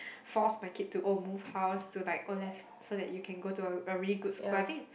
force my kid to oh move house to like oh less so that you can go to a a really good school I think